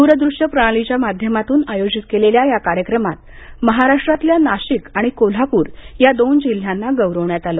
द्रदृष्य प्रणालीच्या माध्यमातून आयोजित केलेल्या या कार्यक्रमात महाराष्ट्रातल्या नाशिक आणि कोल्हापूर या दोन जिल्ह्यांना गौरवण्यात आलं